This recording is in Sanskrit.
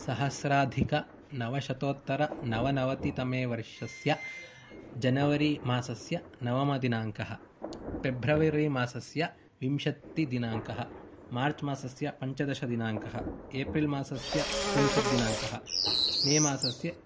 सहस्राधिक नवशातोत्तरनवनवतितमे वर्षस्य जनवरी मासस्य नवमदिनाङ्कः फेब्रवरि मासस्य विंशतिदिनाङ्कः मार्च् मासस्य पञ्चदशदिनाङ्कः एप्रिल् मासस्य त्रिंशत् दिनाङ्कः मे मासस्य